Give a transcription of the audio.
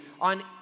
on